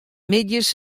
middeis